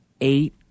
eight